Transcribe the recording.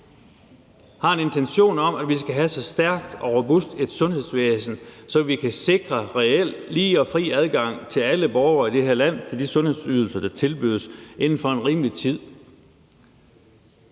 har en intention om, at vi skal have så stærkt og robust et sundhedsvæsen, at vi kan sikre reel lige og fri adgang for alle borgere i det her land til de sundhedsydelser, der tilbydes, inden for en rimelig tid.